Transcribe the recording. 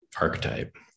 archetype